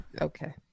Okay